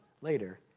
later